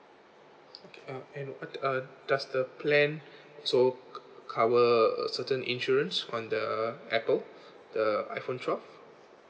okay uh and uh does the plan also cover uh certain insurance on the Apple the iPhone twelve